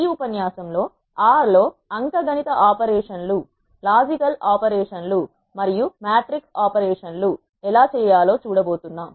ఈ ఉపన్యాసంలో R R లో అంక గణిత ఆపరేషన్ లు లాజికల్ ఆపరేషన్ లు మరియు మ్యాట్రిక్స్ ఆపరేషన్ లు ఎలా చేయాలో చూడబోతున్నాం